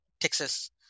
texas